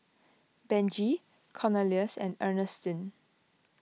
Benji Cornelious and Ernestine